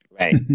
Right